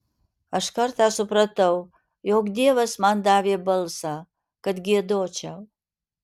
aš kartą supratau jog dievas man davė balsą kad giedočiau